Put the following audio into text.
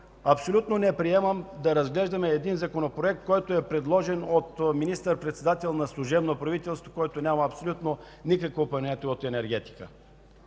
Абсолютно не приемам да разглеждаме законопроект, който е предложен от министър-председател на служебно правителство, който няма абсолютно никакво понятие от енергетика.